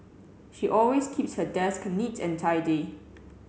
she always keeps her desk neat and tidy